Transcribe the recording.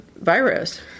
virus